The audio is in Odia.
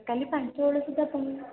କାଲି ପାଞ୍ଚଟା ବେଳ ସୁଦ୍ଧା ପହ